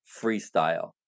freestyle